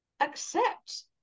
accept